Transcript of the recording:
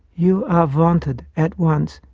you are vanted, at once,